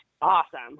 Awesome